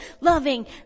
Loving